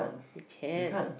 you can